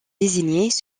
désignés